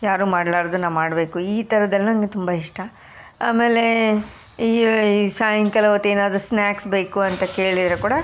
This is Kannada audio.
ಯಾರು ಮಾಡ್ಲಾರದ್ದು ನಾ ಮಾಡಬೇಕು ಈ ಥರದ್ದೆಲ್ಲ ನನಗೆ ತುಂಬ ಇಷ್ಟ ಆಮೇಲೆ ಈ ಸಾಯಂಕಾಲ ಹೊತ್ ಏನಾದರೂ ಸ್ನಾಕ್ಸ್ ಬೇಕು ಅಂತ ಕೇಳಿದ್ರೆ ಕೂಡ